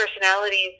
personalities